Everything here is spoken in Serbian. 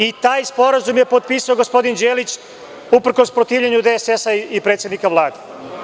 I taj sporazum je potpisao gospodin Đelić, uprkos protivljenju DSS-a i predsednika Vlade.